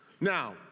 Now